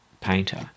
painter